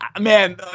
Man